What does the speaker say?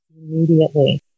immediately